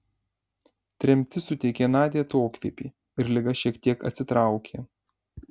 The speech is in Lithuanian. tremtis suteikė nadiai atokvėpį ir liga šiek tiek atsitraukė